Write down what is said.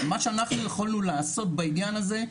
מה שאנחנו יכלנו לעשות בעניין הזה,